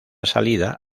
salida